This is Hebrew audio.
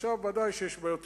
ודאי יש בעיות תכנוניות,